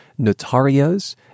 notarios